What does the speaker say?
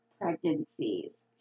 pregnancies